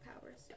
powers